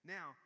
Now